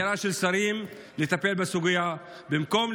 נהירה של שרים לטפל בסוגיה במקום,